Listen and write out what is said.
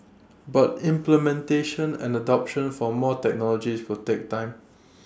but implementation and adoption for more technology will take time